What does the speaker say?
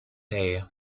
day